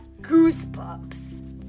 goosebumps